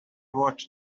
watch